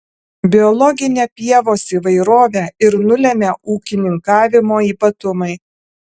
biologinę pievos įvairovę ir nulemia ūkininkavimo ypatumai